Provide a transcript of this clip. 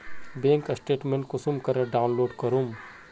Bank statement कुंसम करे download करूम?